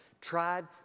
tried